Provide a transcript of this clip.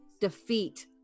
defeat